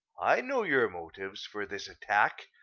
i know your motives for this attack.